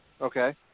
Okay